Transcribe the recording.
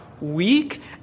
weak